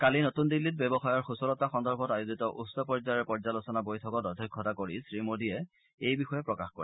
কালি নতুন দিল্লীত ব্যৱসায়ৰ সূচলতা সন্দৰ্ভত আয়োজিত উচ্চ পৰ্যায়ৰ পৰ্যালোচনা বৈঠকত অধ্যক্ষতা কৰি শ্ৰীমোডীয়ে এই বিষয়ে প্ৰকাশ কৰে